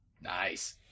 Nice